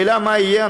השאלה היא מה יהיה.